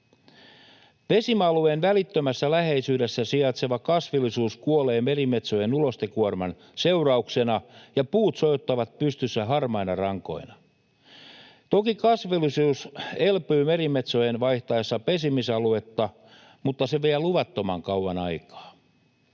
Pesimäalueen välittömässä läheisyydessä sijaitseva kasvillisuus kuolee merimetsojen ulostekuorman seurauksena ja puut sojottavat pystyssä harmaina rankoina. Toki kasvillisuus elpyy merimetsojen vaihtaessa pesimisaluetta, mutta se vie luvattoman kauan aikaa.